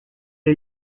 est